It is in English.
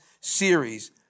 series